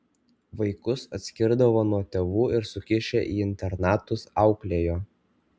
vaikus atskirdavo nuo tėvų ir sukišę į internatus auklėjo